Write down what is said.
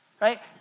Right